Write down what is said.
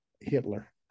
Hitler